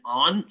on